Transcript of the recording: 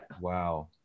wow